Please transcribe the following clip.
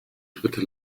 dritte